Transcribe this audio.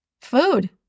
food